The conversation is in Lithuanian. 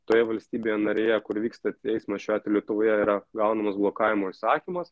toje valstybėje narėje kur vyksta teismas šiuo atveju lietuvoje yra gaunamas blokavimo įsakymas